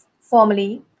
formally